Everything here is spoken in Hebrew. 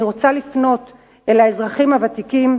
אני רוצה לפנות אל האזרחים הוותיקים: